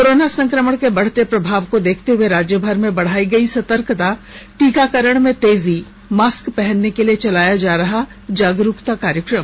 corona संकमण के बढ़ते प्रभाव को देखते हुए राज्यभर में बढ़ाई गई सतर्कता टीकाकरण में तेजी मास्क पहनने के लिए चलाया जा रहा जागरूकता कार्यक्रम